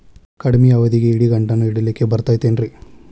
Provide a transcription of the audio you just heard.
ಕಡಮಿ ಅವಧಿಗೆ ಇಡಿಗಂಟನ್ನು ಇಡಲಿಕ್ಕೆ ಬರತೈತೇನ್ರೇ?